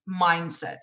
mindset